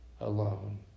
alone